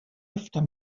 öfter